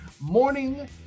morning